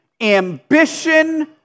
ambition